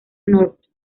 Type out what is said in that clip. north